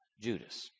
Judas